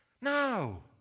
No